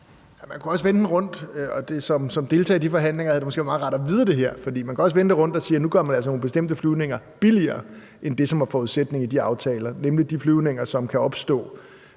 Man kunne også vende den rundt. Som deltager i de forhandlinger havde det måske været meget rart at vide det her, for man kan også vende det rundt og sige, at nu gør man altså nogle bestemte flyvninger billigere end det, som er forudsætningen i de aftaler, nemlig de flyvninger, som kan opstå.